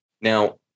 Now